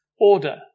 order